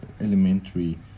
elementary